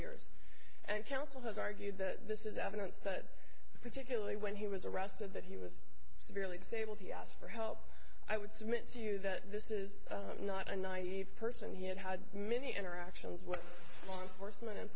years and counsel has argued that this is evidence but particularly when he was arrested that he was severely disabled he asked for help i would submit to you that this is not a naive person he had had many interactions with law enforcement and